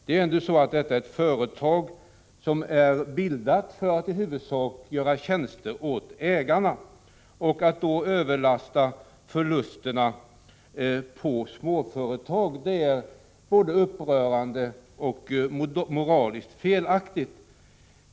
Det är dock ett företag som är bildat för att i huvudsak göra tjänster åt ägarna. Att man då lastar över förlusterna på småföretag är både upprörande och moraliskt felaktigt.